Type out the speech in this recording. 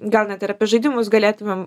gal net ir apie žaidimus galėtumėm